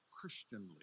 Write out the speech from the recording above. Christianly